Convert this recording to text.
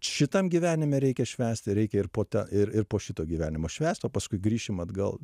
šitam gyvenime reikia švęsti reikia ir po tą ir ir po šito gyvenimo švęst o paskui grįšim atgal